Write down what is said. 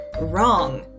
wrong